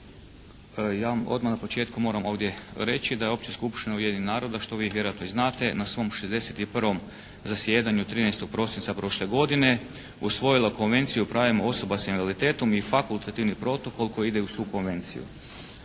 Ja vam odmah na početku ovdje moram reći da je Opća skupština Ujedinjenih naroda što vi vjerojatno i znate, na svom 61. zasjedanju 13. prosinca prošle godine, usvojila Konvenciju o pravima osoba s invaliditetom i fakultativni protokol koji ide uz tu konvenciju.